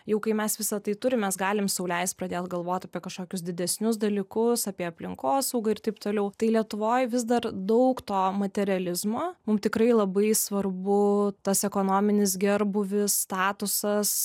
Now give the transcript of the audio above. jau kai mes visą tai turim mes galim sau leist pradėt galvot apie kažkokius didesnius dalykus apie aplinkosaugą ir taip toliau tai lietuvoj vis dar daug to materializmo mum tikrai labai svarbu tas ekonominis gerbūvis statusas